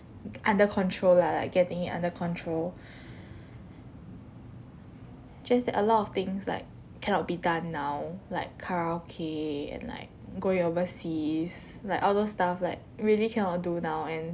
under control lah like getting it under control just that a lot of things like cannot be done now like karaoke and like going overseas like outdoor stuff like really cannot do now and